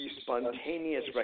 Spontaneous